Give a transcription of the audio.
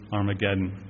Armageddon